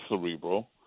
cerebral